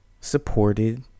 supported